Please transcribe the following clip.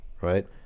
right